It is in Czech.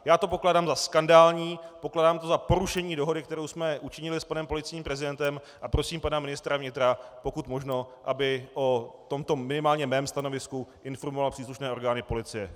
Já to pokládám za skandální, pokládám to za porušení dohody, kterou jsme učinili s panem policejním prezidentem, a prosím pana ministra vnitra, pokud možno, aby o tomto minimálně mém stanovisku informoval příslušné orgány policie.